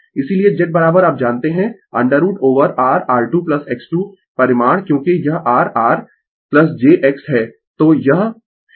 इसीलिये Z अब जानते है √ ओवर r R2X2 परिमाण क्योंकि यह r R jX है